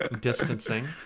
Distancing